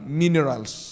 minerals